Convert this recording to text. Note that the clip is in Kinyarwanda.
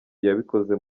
yabikoze